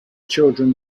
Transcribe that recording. children